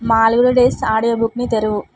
Malgudi days ఆడియోబుక్ని తెరువు